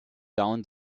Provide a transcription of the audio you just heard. down